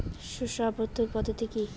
শস্য আবর্তন পদ্ধতি কি?